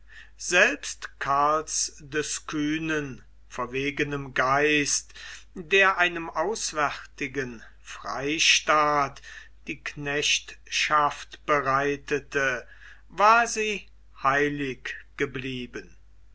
selbst karls des kühnen verwegenem geist der einem auswärtigen freistaat die knechtschaft bereitete war sie heilig geblieben